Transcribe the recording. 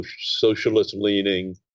socialist-leaning